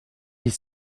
dix